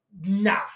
Nah